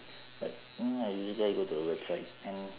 but then I usually I go to the website and